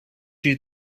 you